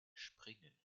entspringen